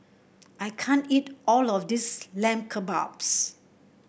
I can't eat all of this Lamb Kebabs